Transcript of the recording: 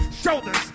Shoulders